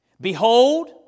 Behold